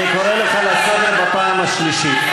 אני קורא אותך לסדר פעם שלישית,